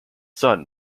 son